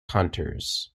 hunters